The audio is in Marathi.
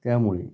त्यामुळे